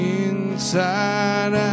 inside